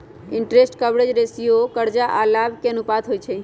interest coverage ratio करजा आऽ लाभ के अनुपात होइ छइ